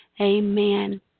Amen